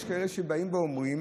יש כאלה שבאים ואומרים: